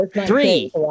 Three